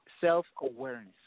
self-awareness